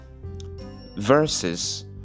verses